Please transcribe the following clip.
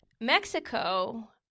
Mexico